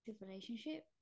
relationship